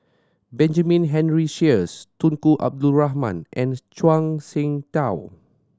Benjamin Henry Sheares Tunku Abdul Rahman and Zhuang Shengtao